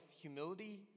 humility